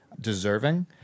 deserving